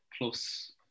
plus